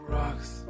rocks